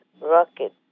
rocket